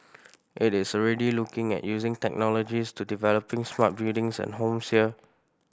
it is already looking at using technologies to developing smart buildings and homes here